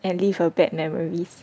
and leave a bad memories